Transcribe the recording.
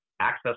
access